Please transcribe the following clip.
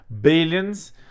Billions